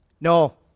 No